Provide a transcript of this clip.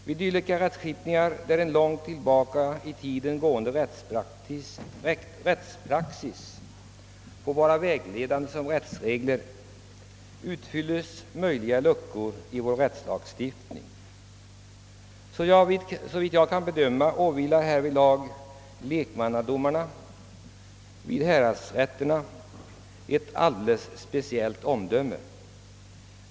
Vid dylik rättskipning, där en sedan lång tid tillbaka tillämpad rättspraxis får vara vägledande, utfylles eventuella luckor i vår lagstiftning. Såvitt jag kan bedöma, måste härvidlag lekmannadomarna handla med ett alldeles speciellt omdöme.